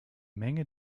menge